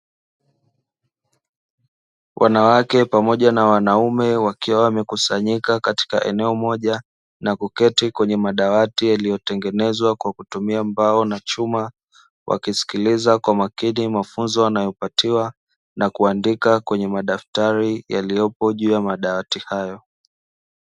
Wanawake pamoja na wanaume wakiwa wamekusanyika katika eneo moja na kuketi kwenye madawati yaliyotengenezwa kwa kutumia mbao na chuma; wakisikiliza kwa makini mafunzo wanayopatiwa na kuandika kwenye madaftari yaliyopo juu ya madawati hayo.